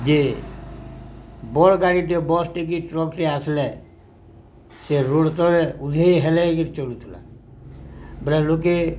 ଯେ ବଡ଼ ଗାଡ଼ି ଟିକେ ବସ୍ ଟିକେ ଟ୍ରକ୍ ଟିକେ ଆସିଲେ ସେ ରୋଡ଼ ତଳେ ଓହ୍ଲେଇ ହ୍ଲେଇକିରି ଚଢ଼ୁଥିଲା ଲୋକେ